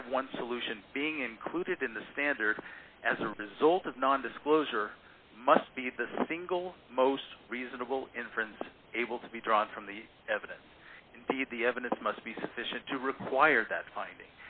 fifty one solution being included in the standard as a result of non disclosure must be the single most reasonable inference able to be drawn from the evidence indeed the evidence must be sufficient to require that fi